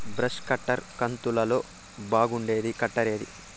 Brush cutter కంతులలో బాగుండేది cutter ఏది?